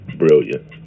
brilliant